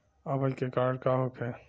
अपच के कारण का होखे?